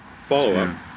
Follow-up